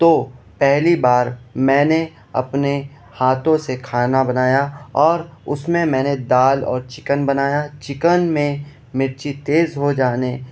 تو پہلی بار میں نے اپنے ہاتھوں سے کھانا بنایا اور اس میں میں نے دال اور چکن بنایا چکن میں مرچ تیز ہو جانے